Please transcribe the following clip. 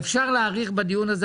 אפשר להאריך בדיון הזה,